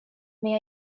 mia